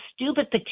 stupid